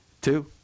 two